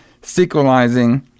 sequelizing